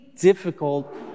difficult